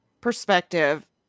perspective